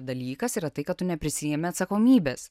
dalykas yra tai kad tu neprisiimi atsakomybės